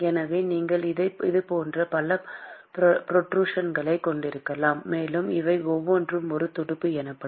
எனவே நீங்கள் இதுபோன்ற பல புரோட்ரூஷன்களைக் கொண்டிருக்கலாம் மேலும் இவை ஒவ்வொன்றும் ஒரு துடுப்பு எனப்படும்